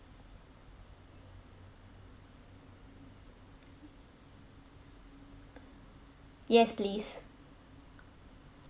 yes please